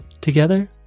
Together